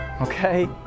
okay